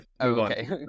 okay